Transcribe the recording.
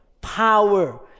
power